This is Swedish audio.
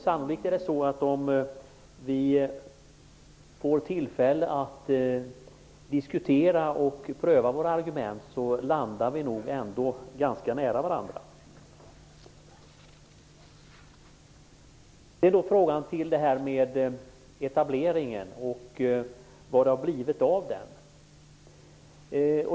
Sannolikt är det så att om vi får tillfälle att diskutera och pröva våra argument landar vi nog ändå ganska nära varandra. Så över till frågan om etableringen och vad det har blivit av den.